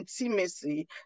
intimacy